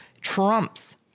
trumps